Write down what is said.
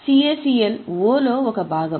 CACL 'O' లో ఒక భాగం